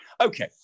Okay